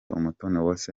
umutoniwase